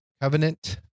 covenant